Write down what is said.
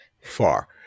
far